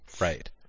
Right